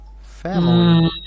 Family